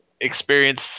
Experience